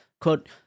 Quote